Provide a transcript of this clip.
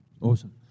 Awesome